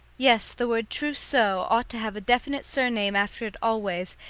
yes, the word trousseau ought to have a definite surname after it always,